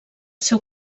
seu